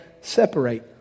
separate